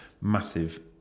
Massive